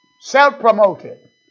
Self-promoted